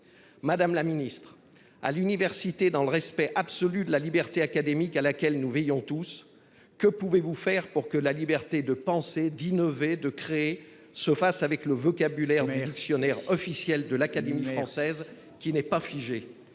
Madame la Ministre à l'université dans le respect absolu de la liberté académique à laquelle nous veillons tous. Que pouvez-vous faire pour que la liberté de pensée d'innover, de créer se fasse avec le vocabulaire des actionnaires officiel de l'Académie française qui n'est pas figée,